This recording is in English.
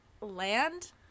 land